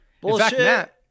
Bullshit